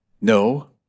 No